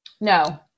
No